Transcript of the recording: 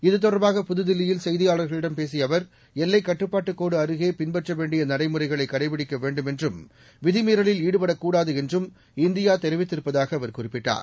இது தொடர்பாக புதுதில்லியில் செய்தியாளர்களிடம் பேசியஅவர் எல்லைக் கட்டுப்பாட்டுகோடுஅருகேபின்பற்றவேண்டியநடைமுறைகளைகடைபிடிக்கவேண்டும் என்றும் விதிமீறலில் ஈடுபடக் கூடாதுஎன்றும் இந்தியாதெரிவித்திருப்பதாகஅவர் குறிப்பிட்டார்